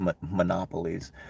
monopolies